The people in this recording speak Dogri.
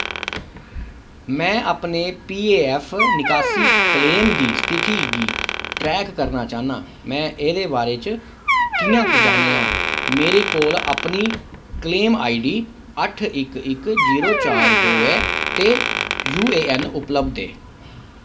में अपने पीऐफ्फ निकासी क्लेम दी स्थिति गी ट्रैक करना चाह्न्नां में एह्दे बारे च कि'यां जानना आं मेरे कोल अपनी क्लेम आईडी अट्ठ इक इक जीरो चार दो ऐ ते यूएएन उपलब्ध ऐ